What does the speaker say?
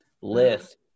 List